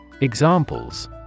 Examples